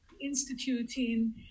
instituting